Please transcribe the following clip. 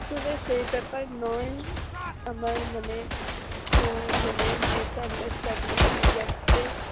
আসলে সেই ব্যাপার নয় আমার মানে একটু মানে মিস আন্ডারস্ট্যান্ডিং হয়ে যাচ্ছে